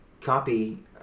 copy